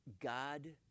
God